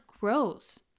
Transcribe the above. grows